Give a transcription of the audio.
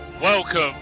Welcome